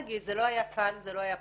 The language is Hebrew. זה לא היה קל, זה לא היה פשוט.